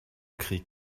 krieg